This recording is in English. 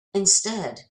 instead